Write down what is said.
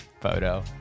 Photo